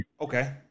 Okay